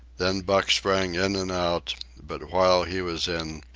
then buck sprang in and out but while he was in,